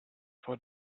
for